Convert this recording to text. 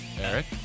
Eric